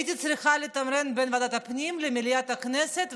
הייתי צריכה לתמרן בין ועדת הפנים לבין מליאת הכנסת,